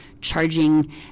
charging